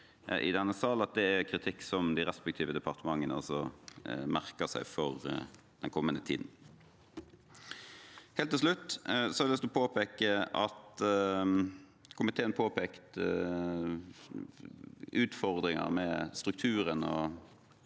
i denne sal at det er kritikk som de respektive departementene merker seg for den kommende tiden. Helt til slutt har jeg lyst til å si at komiteen påpekte utfordringer med strukturen